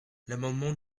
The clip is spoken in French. l’amendement